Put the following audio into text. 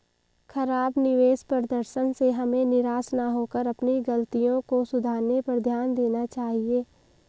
खराब निवेश प्रदर्शन से हमें निराश न होकर अपनी गलतियों को सुधारने पर ध्यान देना चाहिए